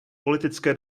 politické